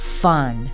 fun